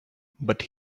but